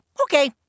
okay